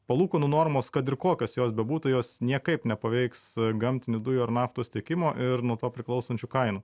palūkanų normos kad ir kokios jos bebūtų jos niekaip nepaveiks gamtinių dujų ar naftos tiekimo ir nuo to priklausančių kainų